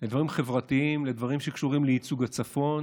לדברים חברתיים, לדברים שקשורים לייצוג הצפון,